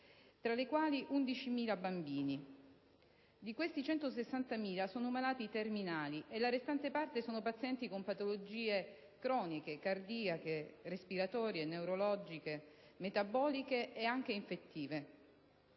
tra le quali 11.000 bambini. Di queste, 160.000 sono malati terminali e la restante parte sono pazienti con patologie croniche, cardiache, respiratorie, neurologiche, metaboliche e anche infettive.